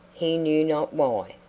he knew not why,